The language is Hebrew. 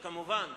כמובן,